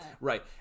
Right